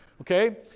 okay